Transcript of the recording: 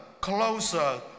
closer